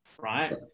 Right